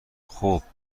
خوب